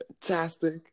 fantastic